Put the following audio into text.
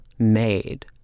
made